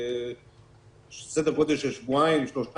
סדר גודל של שבועיים-שלושה,